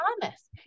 promise